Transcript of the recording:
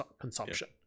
consumption